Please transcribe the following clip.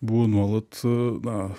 buvo nuolat na